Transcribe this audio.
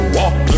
walk